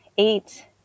eight